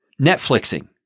Netflixing